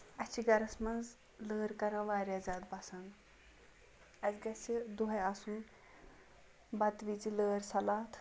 اَسہِ چھِ گرَس منٛز لٲر کران واریاہ زیادِٕ پسند اَسہِ گژھِ دوہے آسُن بَتہٕ وِزِ لٲر سَلاد